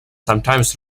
sometimes